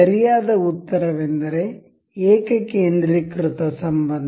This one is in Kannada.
ಸರಿಯಾದ ಉತ್ತರವೆಂದರೆ ಏಕಕೇಂದ್ರೀಕೃತ ಸಂಬಂಧ